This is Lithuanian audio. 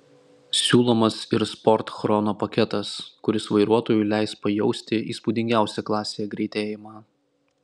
siūlomas ir sport chrono paketas kuris vairuotojui leis pajausti įspūdingiausią klasėje greitėjimą